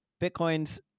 Bitcoin's